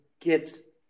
get